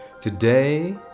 today